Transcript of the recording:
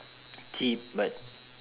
cheap but